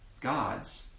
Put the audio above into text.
gods